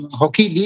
hockey